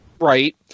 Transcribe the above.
Right